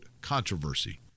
controversy